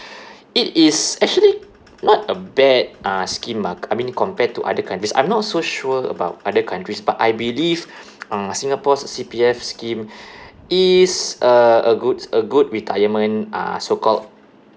it is actually not a bad uh scheme mark I mean compared to other countries I'm not so sure about other countries but I believe uh Singapore's C_P_F scheme is uh a good a good retirement uh so called